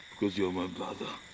cause you're my brother.